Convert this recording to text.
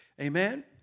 Amen